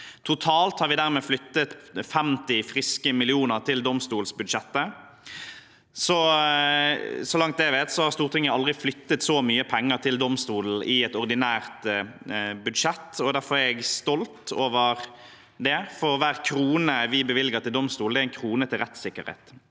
Totalt har vi dermed flyttet 50 friske millioner til domstolbudsjettet. Så langt jeg vet, har Stortinget aldri flyttet så mye penger til domstolen i et ordinært budsjett. Derfor er jeg stolt over det, for hver krone vi bevilger til domstolene, er en krone til rettssikkerhet.